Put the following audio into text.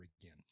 again